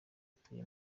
atuye